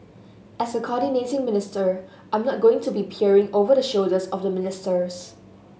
as a coordinating minister I'm not going to be peering over the shoulders of the ministers